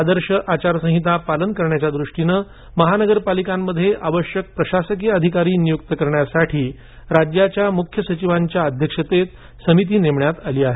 आदर्श आचार संहिता पालन करण्याच्या दृष्टीने महानगर पालिकांमध्ये आवश्यक प्रशासकीय अधिकारी नियुक्त करण्यासाठी राज्याच्या मुख्य सचिवांच्या अध्यक्षतेत समिती नेमण्यात आली आहे